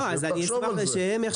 לא, אז אני אשמח שהם יחשבו.